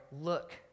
look